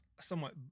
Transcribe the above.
somewhat